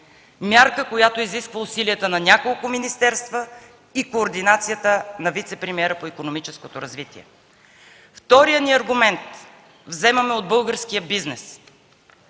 Мярка, която изисква усилията на няколко министерства и координацията на вицепремиера по икономическото развитие. Вторият ни аргумент вземаме от българския бизнес.